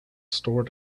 store